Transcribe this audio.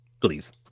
please